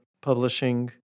publishing